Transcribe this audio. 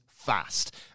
Fast